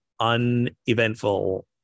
uneventful